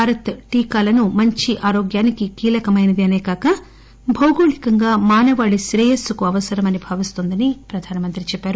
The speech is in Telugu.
భారత్ టీకాలను మంచి ఆరోగ్యానికి కీలకమైనది అసేకాక భౌగోళికంగా మానవాళి శ్రేయస్సు అవసరమని భావిస్తోందని ఆయన అన్నారు